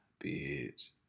Bitch